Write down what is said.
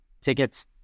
tickets